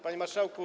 Panie Marszałku!